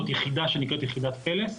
זאת יחידה שנקראת יחידת "פלס".